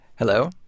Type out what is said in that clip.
Hello